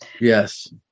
yes